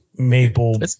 maple